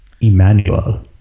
Emmanuel